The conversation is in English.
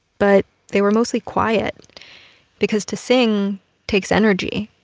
but they were mostly quiet because to sing takes energy.